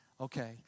okay